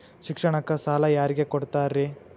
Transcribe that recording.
ಶಿಕ್ಷಣಕ್ಕ ಸಾಲ ಯಾರಿಗೆ ಕೊಡ್ತೇರಿ?